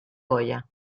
goya